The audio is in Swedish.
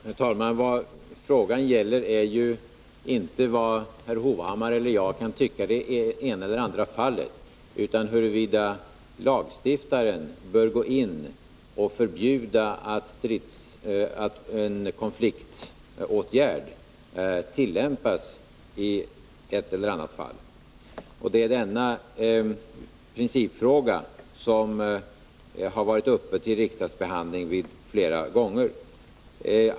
Herr talman! Vad frågan gäller är ju inte vad herr Hovhammar eller jag kan tycka i det ena eller det andra fallet, utan huruvida lagstiftaren bör ingripa genom att förbjuda en konfliktåtgärd som har tillämpats i något visst sammanhang. Det är också denna principfråga som flera gånger har varit uppe till behandling i riksdagen.